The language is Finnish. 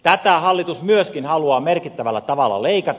tätä hallitus myöskin haluaa merkittävällä tavalla leikata